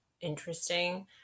interesting